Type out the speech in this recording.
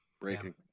breaking